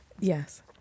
yes